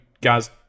guys